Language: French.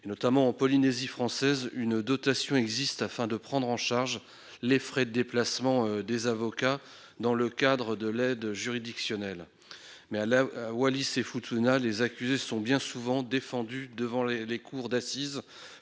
Ainsi, en Polynésie française, une dotation existe, afin de prendre en charge les frais de déplacement des avocats dans le cadre de l'aide juridictionnelle. En revanche, à Wallis-et-Futuna, les accusés sont bien souvent défendus devant les cours d'assises